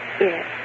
Yes